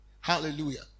hallelujah